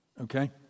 okay